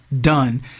Done